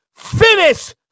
Finish